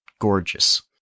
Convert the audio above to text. gorgeous